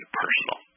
personal